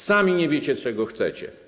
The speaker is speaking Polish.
Sami nie wiecie, czego chcecie.